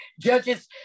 Judges